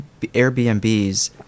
airbnbs